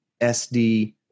SD